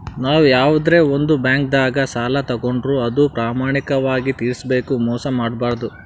ನಾವ್ ಯವಾದ್ರೆ ಒಂದ್ ಬ್ಯಾಂಕ್ದಾಗ್ ಸಾಲ ತಗೋಂಡ್ರ್ ಅದು ಪ್ರಾಮಾಣಿಕವಾಗ್ ತಿರ್ಸ್ಬೇಕ್ ಮೋಸ್ ಮಾಡ್ಬಾರ್ದು